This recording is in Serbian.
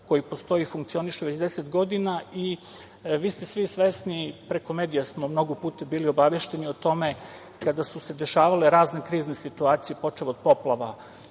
koji postoji i funkcioniše već deset godina i vi ste svi svesni, preko medija smo mnogo puta bili obavešteni o tome, kada su se dešavale razne krizne situacije, počev od poplava